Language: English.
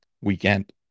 weekend